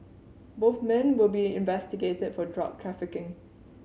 both men will be investigated for drug trafficking